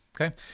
Okay